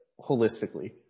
holistically